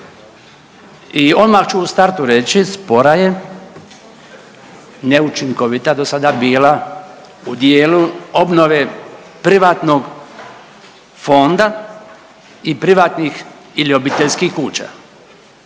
i odmah ću u startu reći, spora je, neučinkovita do sada bila u dijelu obnove privatnog fonda i privatnih ili obiteljskih kuća.